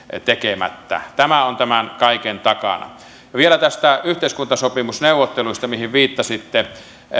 tekemättä tämä on tämän kaiken takana ja vielä näistä yhteiskuntasopimusneuvotteluista mihin viittasitte